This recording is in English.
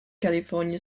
california